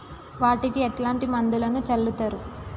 వాటికి ఎట్లాంటి మందులను చల్లుతరు?